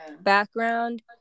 background